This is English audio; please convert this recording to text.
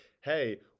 hey